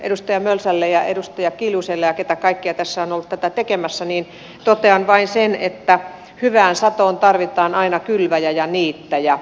edustaja mölsälle ja edustaja kiljuselle ja ketkä kaikki tässä ovat olleet tätä tekemässä totean vain sen että hyvään satoon tarvitaan aina kylväjä ja niittäjä